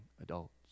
adults